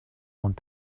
want